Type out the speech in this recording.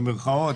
במרכאות,